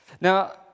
Now